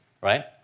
right